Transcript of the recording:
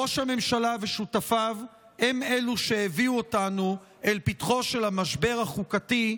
ראש הממשלה ושותפיו הם אלו שהביאו אותנו אל פתחו של המשבר החוקתי,